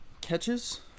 Catches